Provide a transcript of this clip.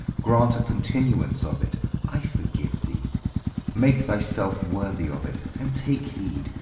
grant a continuance of it i forgive thee make thy self worthy of it, and take heed,